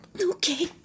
Okay